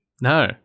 No